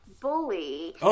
bully